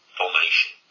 formation